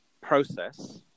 process